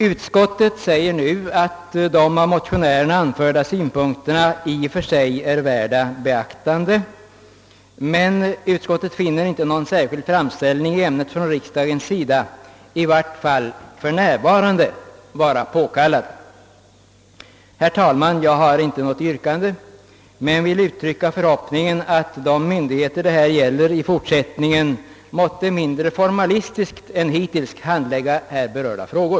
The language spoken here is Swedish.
Utskottet menar att de av motionärerna anförda synpunkterna i och för sig är värda beaktande men finner inte någon särskild framställning i ämnet från riksdagens sida, i varje fall för närvarande, vara påkallad. Herr talman! Jag har inte något yrkande men vill uttrycka förhoppningen att vederbörande myndigheter i fortsättningen måtte mindre formalistiskt än hittills handlägga här berörda frågor.